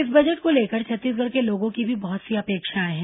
इस बजट को लेकर छत्तीसगढ़ के लोगों की भी बहुत सी अपेक्षाएं हैं